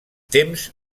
temps